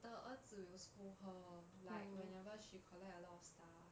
the 儿子 will scold her like whenever she collect a lot of stuff